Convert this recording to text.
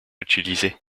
utilisé